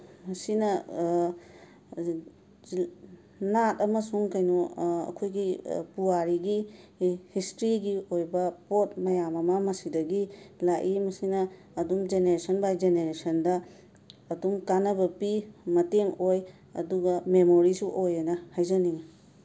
ꯃꯁꯤꯅ ꯅꯥꯠ ꯑꯃꯁꯨꯡ ꯀꯩꯅꯣ ꯑꯩꯈꯣꯏꯒꯤ ꯄꯨꯋꯥꯔꯤꯒꯤ ꯍꯤꯁꯇ꯭ꯔꯤꯒꯤ ꯑꯣꯏꯕ ꯄꯣꯠ ꯃꯌꯥꯝ ꯑꯃ ꯃꯁꯤꯗꯒꯤ ꯂꯥꯛꯏ ꯃꯁꯤꯅ ꯑꯗꯨꯝ ꯖꯦꯅꯦꯔꯦꯁꯟ ꯕꯥꯏ ꯖꯦꯅꯦꯔꯦꯁꯟꯗ ꯑꯗꯨꯝ ꯀꯥꯟꯅꯕ ꯄꯤ ꯃꯇꯦꯡ ꯑꯣꯏ ꯑꯗꯨꯒ ꯃꯦꯃꯣꯔꯤꯁꯨ ꯑꯣꯏꯌꯦꯅ ꯍꯥꯏꯖꯅꯤꯡꯉꯤ